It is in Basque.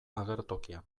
agertokian